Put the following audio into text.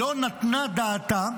לא נתנה דעתה